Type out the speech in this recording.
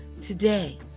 Today